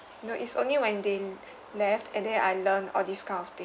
you know it's only when they left and then I learn all these kind of thin~